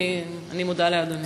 אוקיי, אני מודה לאדוני.